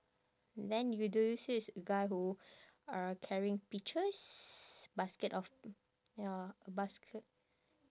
then you do you see this guy who uh carrying peaches basket of ya a basket